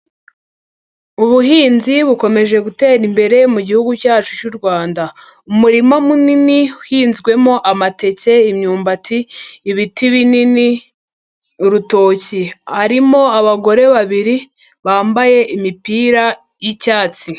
Ubuhinzi bukomeje gutera imbere mu gihugu cyacu cy'u Rwanda. Umurima munini uhinzwemo amateke, imyumbati, ibiti binini, urutoki. Harimo abagore babiri bambaye imipira y'icyatsi.